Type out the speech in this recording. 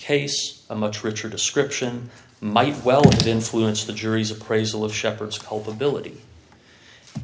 case a much richer description might well influence the jury's appraisal of shepheard's culpability